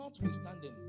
Notwithstanding